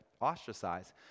ostracized